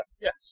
Yes